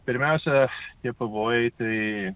pirmiausia tie pavojai tai